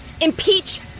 Impeach